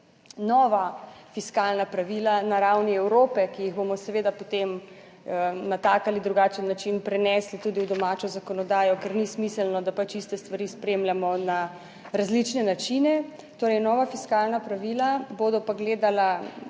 Nova fiskalna pravila na ravni Evrope, ki jih bomo seveda, potem na tak ali drugačen način prenesli tudi v domačo zakonodajo, ker ni smiselno, da pač iste stvari spremljamo na različne načine. Torej, nova fiskalna pravila bodo pa gledala